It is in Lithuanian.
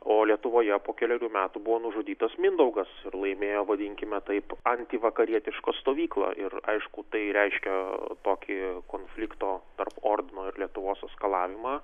o lietuvoje po kelerių metų buvo nužudytas mindaugas ir laimėjo vadinkime taip antivakarietiška stovykla ir aišku tai reiškia tokį konflikto tarp ordino ir lietuvos eskalavimą